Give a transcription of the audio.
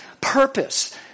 purpose